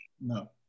No